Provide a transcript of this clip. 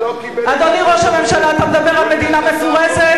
אדוני ראש הממשלה, אתה מדבר על מדינה מפורזת?